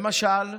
למשל,